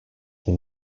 been